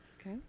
Okay